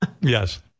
yes